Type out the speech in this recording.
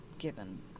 given